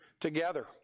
together